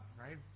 right